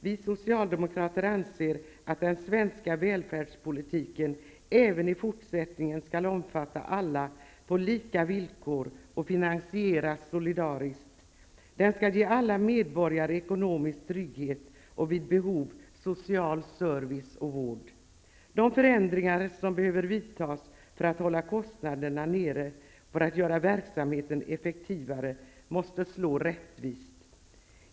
Vi socialdemokrater anser att den svenska välfärdspolitiken även i fortsättningen skall omfatta alla på lika villkor och finansieras solidariskt. Den skall ge alla medborgare ekonomisk trygghet och vid behov social service och vård. De förändringar som behöver vidtas för att hålla kostnaderna nere och för att göra verksamheten effektivare måste slå rättvist.